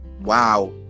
wow